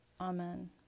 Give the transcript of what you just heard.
Amen